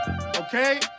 Okay